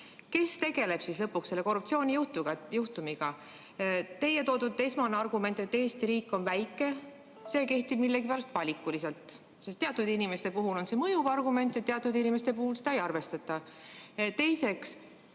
Kes tegeleb siis lõpuks selle korruptsioonijuhtumiga? Teie toodud esmane argument, et Eesti riik on väike, kehtib millegipärast valikuliselt, teatud inimeste puhul on see mõjuv argument ja teatud inimeste puhul seda ei arvestata. Teiseks,